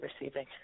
receiving